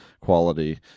quality